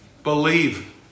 believe